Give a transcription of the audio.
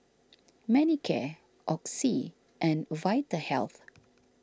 Manicare Oxy and Vitahealth